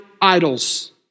idols